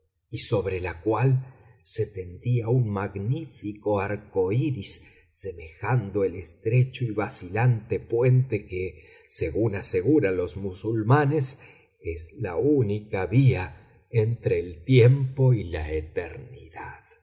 y sobre la cual se tendía un magnífico arco iris semejando el estrecho y vacilante puente que según aseguran los musulmanes es la única vía entre el tiempo y la eternidad